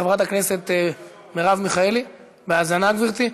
חברת הכנסת מרב מיכאלי, בהאזנה, גברתי?